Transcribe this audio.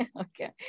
Okay